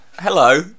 hello